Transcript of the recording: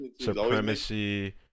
Supremacy